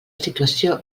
situació